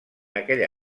aquella